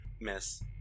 Miss